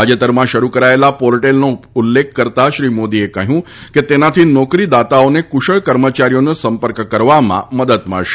તાજેતરમાં શરૂ કરાયેલા પોર્ટલનો ઉલ્લેખ કરતા શ્રી મોદીએ કહ્યું કે તેનાથી નોકરીદાતાઓને કુશળ કર્મચારીઓનો સંપર્ક કરવામાં મદદ મળશે